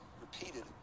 repeated